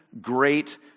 great